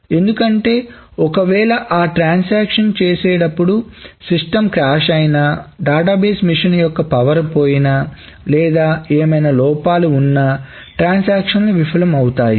ఎందుకంటే ఒకవేళ అ ట్రాన్సాక్షన్ చేసేటప్పుడు సిస్టం క్రాష్ అయినా డేటాబేస్ మిషన్ యొక్క పవర్ పోయిన లేదా ఏమైనా లోపాలు ఉన్నా ట్రాన్సాక్షన్లు విఫలం అవుతాయి